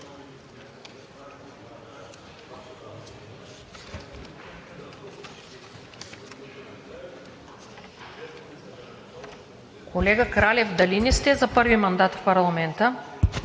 Колега Кралев, дали не сте за първи мандат в парламента,